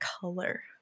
color